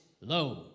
low